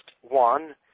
one